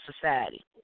society